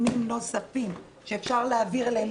בפייסבוק או בטוויטר או באינסטגרם ויבדוק אותם,